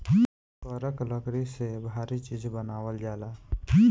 करक लकड़ी से भारी चीज़ बनावल जाला